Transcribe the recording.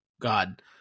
god